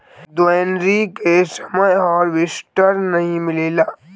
दँवरी के समय हार्वेस्टर नाइ मिलेला